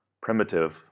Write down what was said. primitive